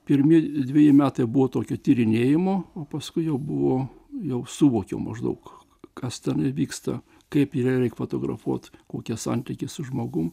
pirmi dveji metai buvo tokie tyrinėjimo o paskui jau buvo jau suvokiau maždaug kas tame vyksta kaip yra reik fotografuot kokie santykiai su žmogum